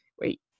wait